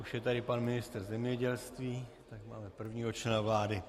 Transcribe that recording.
Už je tady pan ministr zemědělství, tak máme prvního člena vlády.